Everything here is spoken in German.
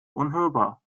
unhörbar